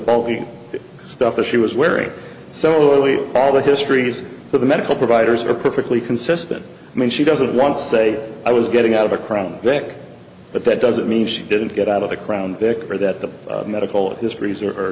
the stuff that she was wearing so we all the histories of the medical providers are perfectly consistent i mean she doesn't want to say i was getting out of a crown vic but that doesn't mean she didn't get out of the crown vic or that the medical histories